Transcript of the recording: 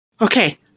okay